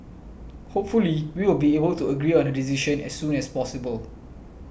hopefully we will be able to agree on a decision as soon as possible